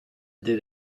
did